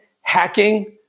hacking